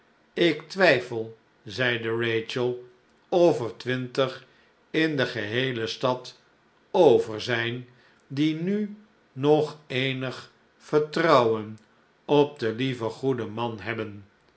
ik twijfel zeide rachel of er twintig in de geheele stad over zijn die nu nog eenig vertrouwen op den lieven goeden man hebben